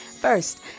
First